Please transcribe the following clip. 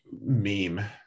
meme